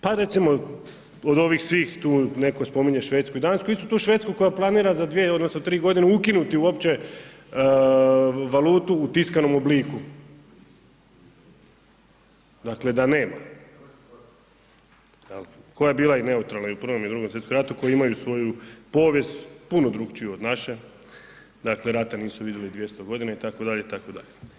Pa recimo od ovih svih tu netko spominje Švedsku i Dansku, istu tu Švedsku koja planira za 2 odnosno 3.g. ukinuti uopće valutu u tiskanom obliku, dakle da nema jel koja je bila i neutralna i u Prvom i u Drugom svjetskom ratu koji imaju svoju povijest puno drukčiju od naše, dakle rata nisu vidjeli 200.g. itd., itd.